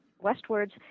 westwards